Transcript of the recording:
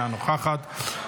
אינה נוכחת,